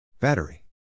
Battery